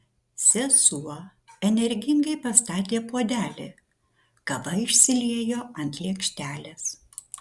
sesuo energingai pastatė puodelį kava išsiliejo ant lėkštelės